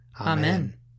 Amen